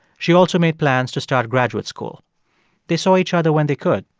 she also made plans to start graduate school they saw each other when they could.